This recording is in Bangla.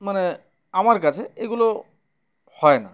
মানে আমার কাছে এগুলো হয় না